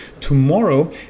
tomorrow